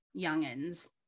youngins